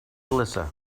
elisa